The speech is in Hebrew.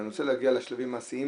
אני רוצה להגיע לשלבים המעשיים,